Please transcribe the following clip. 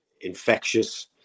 Infectious